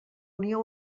unió